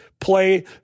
play